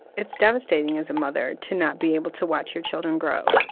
it's devastating as a mother to not be able to watch your children grow,